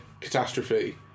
catastrophe